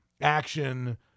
action